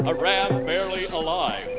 ah ram barely alive.